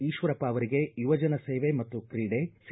ಈಶ್ವರಪ್ಪ ಅವರಿಗೆ ಯುವಜನ ಸೇವೆ ಮತ್ತು ಕ್ರೀಡೆ ಸಿ